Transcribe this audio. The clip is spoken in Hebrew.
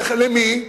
למי?